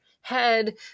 head